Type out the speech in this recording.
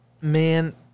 Man